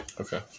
Okay